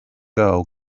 girl